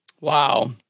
Wow